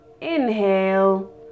inhale